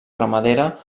ramadera